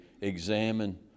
examine